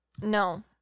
No